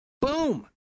Boom